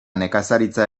nekazaritza